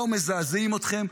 לא מזעזעים אתכם,